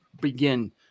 begin